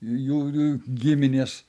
jų giminės